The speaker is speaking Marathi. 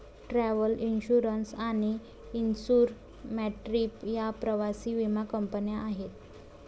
ट्रॅव्हल इन्श्युरन्स आणि इन्सुर मॅट्रीप या प्रवासी विमा कंपन्या आहेत